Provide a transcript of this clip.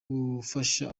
gufasha